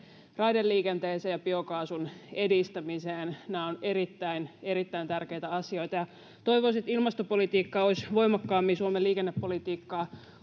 raideliikenteeseen ja biokaasun edistämiseen nämä ovat erittäin erittäin tärkeitä asioita toivoisin että ilmastopolitiikka olisi voimakkaammin suomen liikennepolitiikkaa